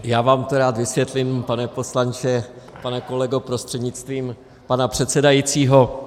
Já vám to rád vysvětlím, pane poslanče, pane kolego prostřednictvím pana předsedajícího.